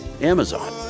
amazon